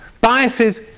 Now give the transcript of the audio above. biases